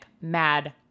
mad